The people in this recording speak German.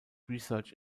research